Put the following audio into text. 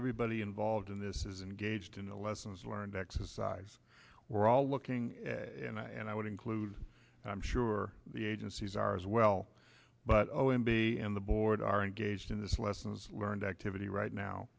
everybody involved in this is engaged in the lessons learned exercise we're all looking and i would include i'm sure the agencies are as well but o m b and the board are engaged in this lessons learned activity right now